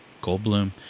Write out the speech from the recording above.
Goldblum